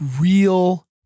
real